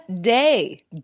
day